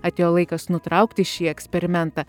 atėjo laikas nutraukti šį eksperimentą